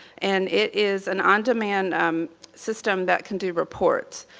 and it is an on-demand um system that can do reports.